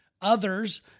Others